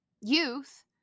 youth